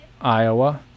Iowa